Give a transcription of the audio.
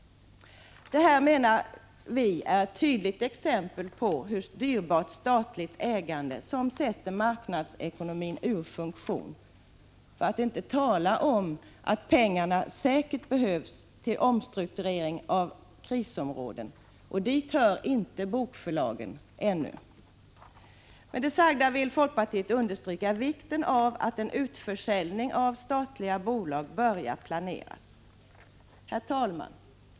Detta menar vi är ett tydligt exempel på ett dyrbart statligt ägande som sätter marknadsekonomin ur funktion, för att inte tala om att pengarna säkert behövts till omstrukturering av krisområden — och dit hör inte bokförlagen ännu. Med det sagda vill folkpartiet understryka vikten av att en utförsäljning av statliga bolag börjar planeras. Herr talman!